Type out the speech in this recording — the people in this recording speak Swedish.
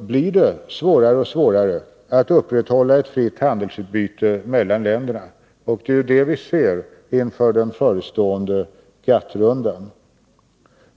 blir det svårare och svårare att upprätthålla ett fritt handelsutbyte mellan länderna. Det är det som vi ser inför den förestående GATT-rundan.